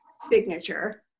signature